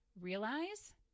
realize